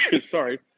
Sorry